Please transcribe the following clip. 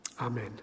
amen